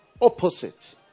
opposite